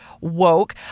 woke